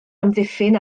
amddiffyn